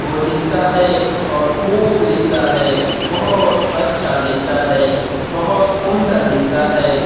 وہ لکھتا ہے اور خوب لکھتا ہے بہت اچھا لکھتا ہے بہت عمدہ لکھتا ہے